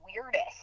weirdest